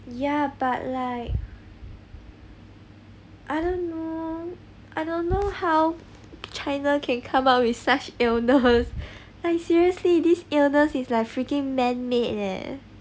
ya but like I don't know I don't know how china can come up with such illness like seriously this illness is like freaking man-made eh